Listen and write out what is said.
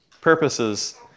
purposes